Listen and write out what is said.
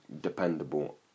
dependable